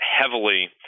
heavily